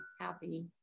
happy